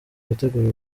gutegura